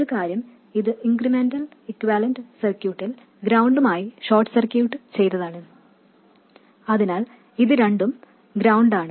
ഒരു കാര്യം ഇത് ഇൻക്രിമെൻറൽ ഇക്യൂവാലെൻറ് സർക്യൂട്ടിൽ ഗ്രൌണ്ടുമായി ഷോർട്ട് സർക്യൂട്ട് ചെയ്തതാണ് അതിനാൽ ഇതും ഗ്രൌണ്ട് ആണ്